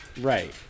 Right